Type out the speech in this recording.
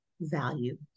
value